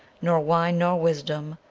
nor wine nor wisdom,